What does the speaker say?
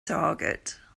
target